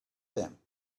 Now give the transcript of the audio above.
them